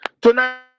Tonight